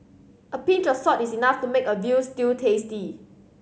a pinch of salt is enough to make a veal stew tasty